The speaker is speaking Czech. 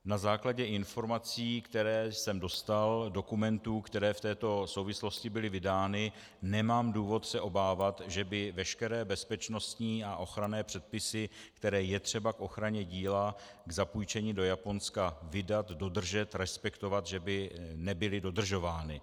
Na základě informací, které jsem dostal, a dokumentů, které v této souvislosti byly vydány, nemám důvod se obávat, že by veškeré bezpečnostní a ochranné předpisy, které je třeba k ochraně díla k zapůjčení do Japonska vydat, dodržet, respektovat, že by nebyly dodržovány.